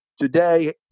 today